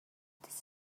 this